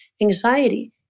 anxiety